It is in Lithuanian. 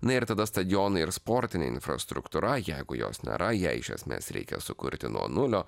na ir tada stadionai ir sportinė infrastruktūra jeigu jos nėra ją iš esmės reikia sukurti nuo nulio